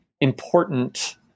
important